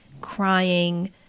crying